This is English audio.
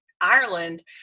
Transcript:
Ireland